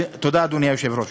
תודה,